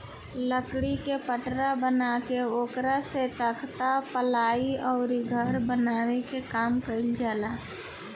लकड़ी के पटरा बना के ओकरा से तख्ता, पालाइ अउरी घर बनावे के काम कईल जाला